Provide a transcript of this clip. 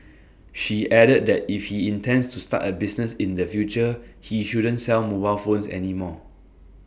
she added that if he intends to start A business in the future he shouldn't sell mobile phones any more